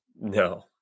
No